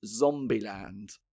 Zombieland